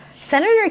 Senator